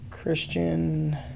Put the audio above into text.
Christian